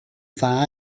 dda